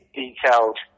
detailed